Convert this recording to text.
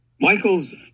Michael's